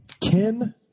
Ken